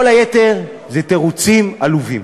כל היתר זה תירוצים עלובים.